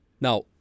Now